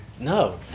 no